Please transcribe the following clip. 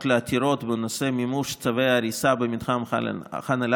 במענה על